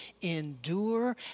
endure